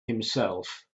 himself